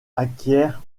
acquiert